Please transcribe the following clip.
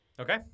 Okay